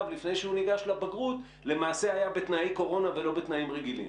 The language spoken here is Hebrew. לפני שהוא ניגש לבגרות למעשה היה בתנאי קורונה ולא בתנאים רגילים?